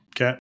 okay